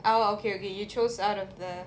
ah okay okay you choose out of the